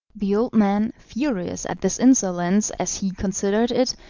the old man, furious at this insolence as he considered it,